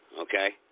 okay